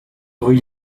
rue